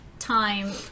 Time